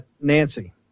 Nancy